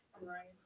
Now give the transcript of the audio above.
Right